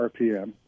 RPM